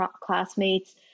classmates